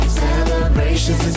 celebrations